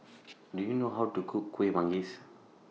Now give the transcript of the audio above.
Do YOU know How to Cook Kuih Manggis